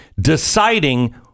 deciding